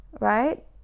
right